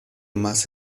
más